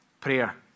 prayer